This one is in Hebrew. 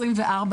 24